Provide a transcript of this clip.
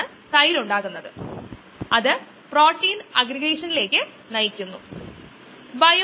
നമ്മൾ ആദ്യം നോക്കാൻ പോകുന്ന ഇൻഹിബിഷനെ കോംപ്റ്റിറ്റിവ് ഇൻഹിബിഷൻ എന്നു പറയുന്നു